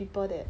people that